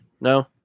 No